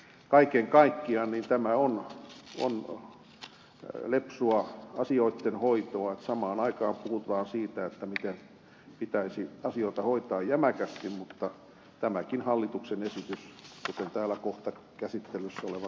kaiken kaikkiaan tämä on lepsua asioitten hoitoa että samaan aikaan puhutaan siitä miten pitäisi asioita hoitaa jämäkästi mutta tämäkin hallituksen esitys on kuten kohta täällä käsittelyssä oleva sijoitusrahastolaki osoittaa ihan toista